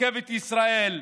רכבת ישראל,